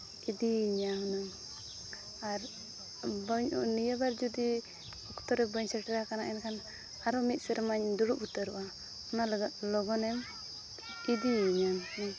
ᱤᱫᱤᱭᱤᱧᱟᱹ ᱦᱩᱱᱟᱹᱝ ᱟᱨ ᱵᱟᱹᱧ ᱱᱤᱭᱟᱹ ᱵᱟᱨ ᱡᱩᱫᱤ ᱚᱠᱛᱚ ᱨᱮ ᱵᱟᱹᱧ ᱥᱮᱴᱮᱨᱟᱠᱟᱱᱟ ᱮᱱᱠᱷᱟᱱ ᱟᱨᱚ ᱢᱤᱫ ᱥᱮᱨᱢᱟᱧ ᱫᱩᱲᱩᱵ ᱩᱛᱟᱹᱨᱚᱜᱼᱟ ᱚᱱᱟ ᱞᱟᱹᱜᱤᱫ ᱞᱚᱜᱚᱱᱮᱢ ᱤᱫᱤᱭᱤᱧᱟᱹ